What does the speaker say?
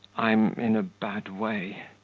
i'm in a bad way.